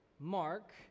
Mark